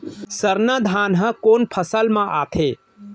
सरना धान ह कोन फसल में आथे?